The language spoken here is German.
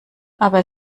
aber